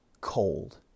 cold